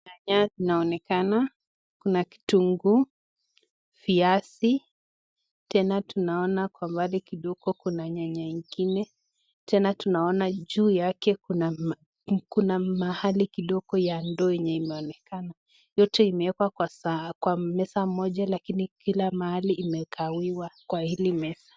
Nyanya inaonekana, kuna kitunguu, viazi Tena tunaona kwa mbali kidogo kuna nyanya ingine. Tena tunaona juu yake kuna mahali kidogo ya ndoo yenye imeonekana. Yote imewekwa kwa meza moja lakini kila mahali imegawiwa kwa hili meza.